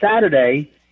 Saturday